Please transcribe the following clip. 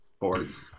boards